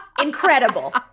Incredible